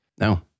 No